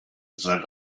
seit